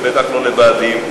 ובטח לא לוועדים.